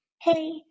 hey